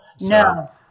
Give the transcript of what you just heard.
no